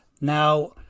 Now